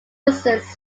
reasons